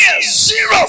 zero